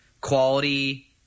Quality